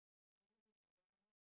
maybe he's a grandma